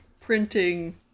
printing